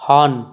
on